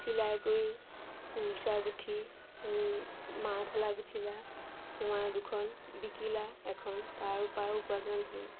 চিলাই কৰি কুৰ্চা গুঠি আৰু মাৰ্ফলাৰ গুঠিলা তোমাৰ দুখন বিকিলা এখন তাৰপৰাও উপাৰ্জন হ'ল